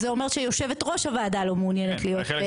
זה אומר שיושבת ראש הוועדה לא מעוניינת להיות בעצם שותפה לוועדה.